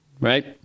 right